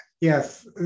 yes